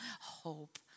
hope